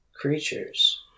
creatures